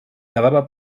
quedava